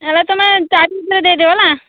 ହେଲେ ତୁମେ ଚାରି ହଜାର ଦେଇଦେବ ହେଲା